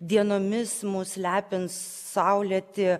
dienomis mus lepins saulėti